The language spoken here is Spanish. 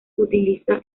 utiliza